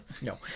No